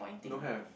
don't have